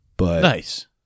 Nice